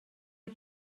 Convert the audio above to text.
mae